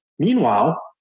Meanwhile